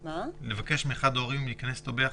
לבקש מאחד ההורים להיכנס איתו ביחד?